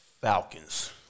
Falcons